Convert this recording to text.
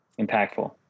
impactful